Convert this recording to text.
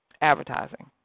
advertising